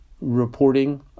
reporting